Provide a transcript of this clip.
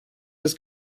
was